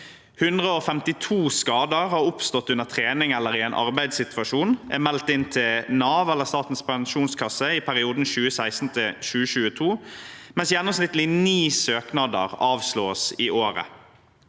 152 skader som har oppstått under trening eller i en arbeidssituasjon, er meldt inn til Nav eller Statens pensjonskasse i perioden 2016–2022, og gjennomsnittlig ni søknader i året